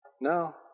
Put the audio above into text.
No